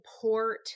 support